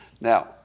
Now